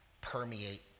permeate